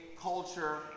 culture